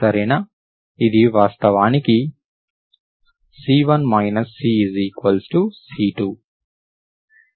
సరేనా ఇది వాస్తవానికి C1 CC2